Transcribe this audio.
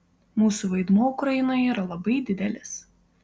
mūsų vaidmuo ukrainoje yra labai didelis